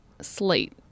slate